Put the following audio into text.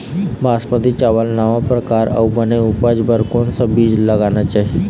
बासमती चावल नावा परकार अऊ बने उपज बर कोन सा बीज ला लगाना चाही?